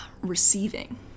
Receiving